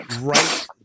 right